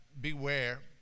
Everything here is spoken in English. beware